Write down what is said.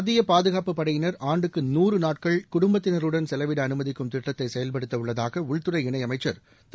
மத்திய பாதுகாப்பு படையினர் ஆண்டுக்கு நூறு நாட்கள் குடும்பத்தினருடன் செலவிட அனுமதிக்கும் திட்டத்தை செயல்படுத்த உள்ளதாக உள்துறை இணையமைச்சர் திரு